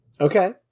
okay